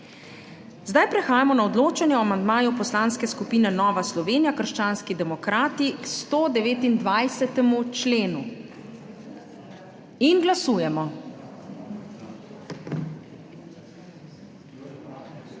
Zdaj prehajamo na odločanje o amandmaju Poslanske skupine Nova Slovenija - krščanski demokrati k 129. členu. Glasujemo.